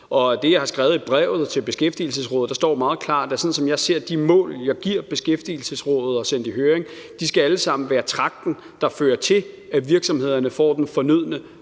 klart har skrevet i brevet til Beskæftigelsesrådet, er, at sådan som jeg ser de mål, jeg giver Beskæftigelsesrådet og har sendt i høring, så skal de alle sammen være tragten, der fører til, at virksomhederne får den fornødne